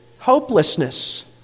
Hopelessness